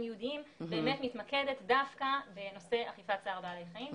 ייעודיים מתמקדת באמת דווקא בנושא אכיפת צער בעלי חיים.